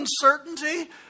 uncertainty